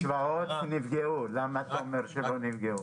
הקצבאות נפגעו, למה אתה אומר שלא נפגעו?